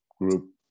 group